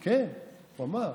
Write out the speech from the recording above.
כן, הוא אמר.